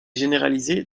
généralisé